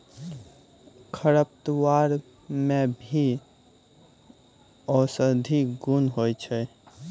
खरपतवार मे भी औषद्धि गुण होय छै